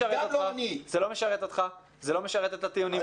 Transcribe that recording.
זה לא משרת את הטיעונים שלך.